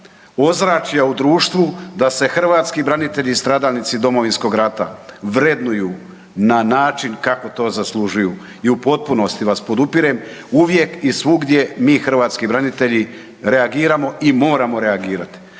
ozračja u društvu da se hrvatski branitelji i stradalnici Domovinskog rata vrednuju na način kako to zaslužuju i potpunosti vas podupirem. Uvijek i svugdje mi hrvatski branitelji reagiramo i moramo reagirati,